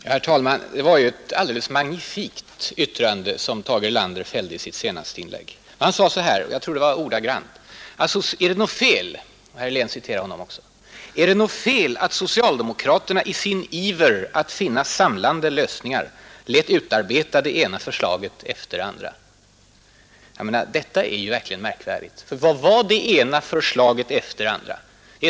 Herr talman! Det var ett magnifikt yttrande Tage Erlander fällde i sitt senaste inlägg. Han sade — ordagrant tror jag — så här: ”Är det något fel att socialdemokraterna i sin iver att finna samlande lösningar lät utarbeta det ena förslaget efter det andra?” Detta är verkligen märkligt. Vad var ”det ena förslaget efter det andra”?